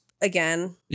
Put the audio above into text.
again